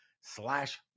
slash